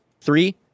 Three